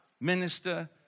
minister